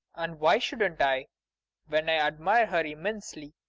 and why shouldn't i when i admire her immensely?